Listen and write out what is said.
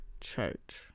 Church